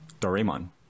doraemon